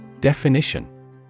Definition